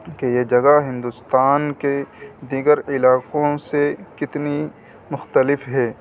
کہ یہ جگہ ہندوستان کے دیگر علاقوں سے کتنی مختلف ہے